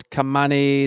Kamani